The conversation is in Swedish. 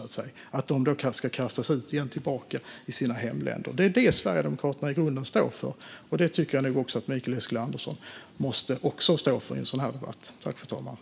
Att de ska kastas tillbaka till sina hemländer är det som Sverigedemokraterna i grunden står för, och det tycker jag att Mikael Eskilandersson också måste stå för i en sådan här i debatt.